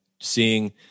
seeing